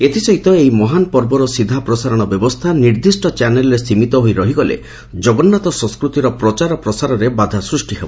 ଏଥିସହିତ ଏହି ମହାନ ପର୍ବର ସିଧା ପ୍ରସାରଣ ବ୍ୟବସ୍କା ନିର୍ଦ୍ଦିଷ୍ ଚ୍ୟାନେଲ୍ରେ ସିମିତ ହୋଇ ରହିଗଲେ ଜଗନ୍ନାଥ ସଂସ୍କୃତିର ପ୍ରଚାର ପ୍ରସାରରେ ବାଧା ସୃଷ୍କ ହେବ